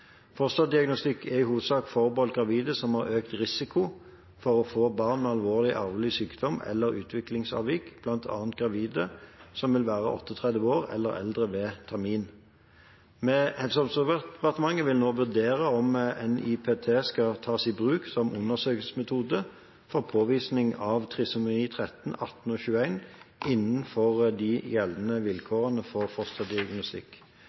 Fosterdiagnostikk er i hovedsak forbeholdt gravide som har økt risiko for å få barn med alvorlig arvelig sykdom eller utviklingsavvik, bl.a. gravide som vil være 38 år eller eldre ved termin. Helse- og omsorgsdepartementet vil nå vurdere om NIPT skal tas i bruk som undersøkelsesmetode for påvisning av trisomi 13, 18 og 21 innenfor de gjeldende vilkårene for fosterdiagnostikk.